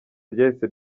ryahise